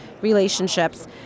relationships